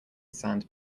sand